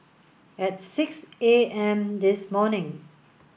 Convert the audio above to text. at six A M this morning